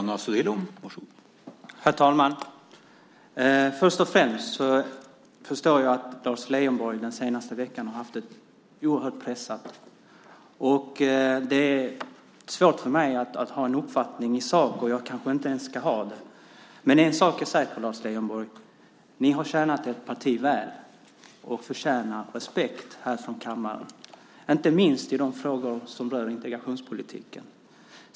Herr talman! Först och främst förstår jag att Lars Leijonborg under den senaste veckan har haft det oerhört pressat. Och det är svårt för mig att ha en uppfattning i sak, och jag kanske inte ens ska ha det. Men en sak är säker, Lars Leijonborg, ni har tjänat ert parti väl och förtjänar respekt här från kammaren, inte minst i de frågor som rör integrationspolitiken.